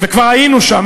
וכבר היינו שם,